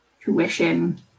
tuition